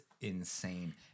insane